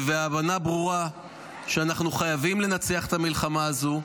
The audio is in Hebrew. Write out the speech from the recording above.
והבנה ברורה שאנחנו חייבים לנצח את המלחמה הזו,